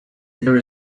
there